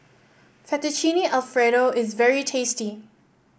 Fettuccine Alfredo is very tasty